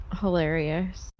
hilarious